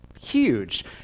huge